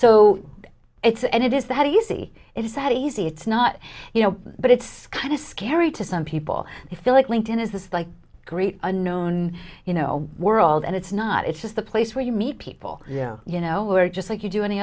so it's and it is that easy it is that easy it's not you know but it's kind of scary to some people they feel like linked in is this like great unknown you know world and it's not it's just the place where you meet people you know who are just like you do any